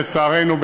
לצערנו,